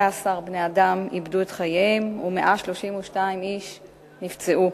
בני-אדם איבדו את חייהם ו-132 איש נפצעו.